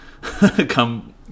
come